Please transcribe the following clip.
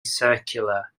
circular